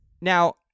Now